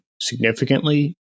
significantly